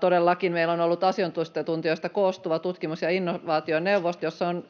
Todellakin meillä on ollut asiantuntijoista koostuva tutkimus- ja innovaationeuvosto,